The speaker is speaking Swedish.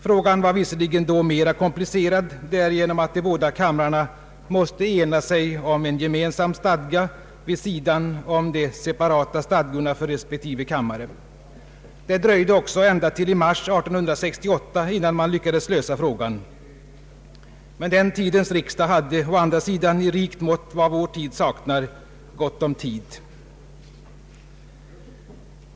Frågan var visserligen då mera komplicerad därigenom att de båda kamrarna måste ena sig om en gemensam stadga vid sidan om de separata stadgorna för respektive kammare. Det dröjde också ända till i mars 1868 innan man lyckades lösa frågan. Men den tidens riksdag hade å andra sidan i rikt mått vad vår tid saknar: gott om tid.